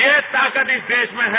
ये ताकत इस देश में है